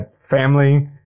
family